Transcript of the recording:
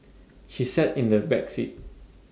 she sat in the back seat